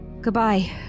goodbye